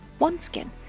OneSkin